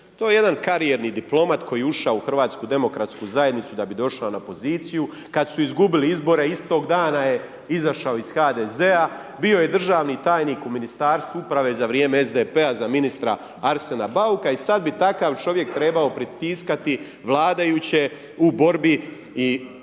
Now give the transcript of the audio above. To je jedan karijerni diplomat koji je ušao u Hrvatsku demokratsku zajednicu da bi došao na poziciju, kad su izgubili izbore, istog dana je izašao iz HDZ-a, bio je državni tajnik u Ministarstvu uprave za vrijeme SDP-a, za ministra Arsena Bauka, i sad bi takav čovjek trebao pritiskati vladajuće u borbi i želji